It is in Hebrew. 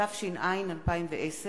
התשע"א 2010,